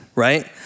right